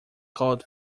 called